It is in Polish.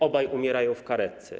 Obaj umierają w karetce.